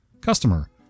Customer